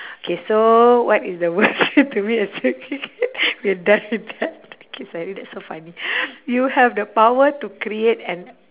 K so what is the worst way to meet a significant we're done with that okay sorry that's so funny you have the power to create an